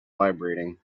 vibrating